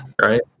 right